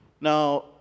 Now